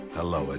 Hello